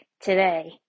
today